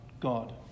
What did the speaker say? God